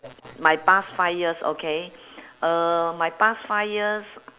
my past five years okay uh my past five years